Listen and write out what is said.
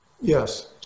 Yes